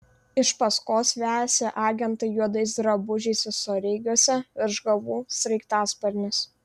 iš paskos vejasi agentai juodais drabužiais visureigiuose virš galvų sraigtasparnis